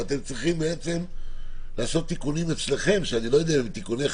ואתם צריכים לעשות תיקונים אצלכם שאני לא יודע אם הם תיקוני חקיקה,